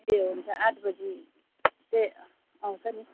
ए हुन्छ आठ बजी ए आउँछ नि